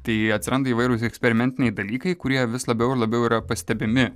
tai atsiranda įvairūs eksperimentiniai dalykai kurie vis labiau ir labiau yra pastebimi